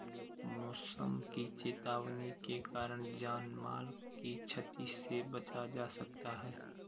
मौसम की चेतावनी के कारण जान माल की छती से बचा जा सकता है